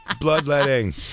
bloodletting